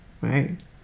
right